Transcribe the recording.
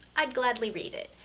i'd gladly read it.